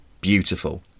beautiful